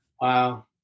Wow